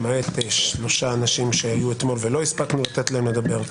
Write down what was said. למעט שלושה אנשים שהיו אתמול ולא הספקנו לתת להם לדבר,